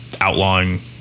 outlawing